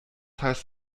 heißt